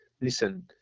listen